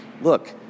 look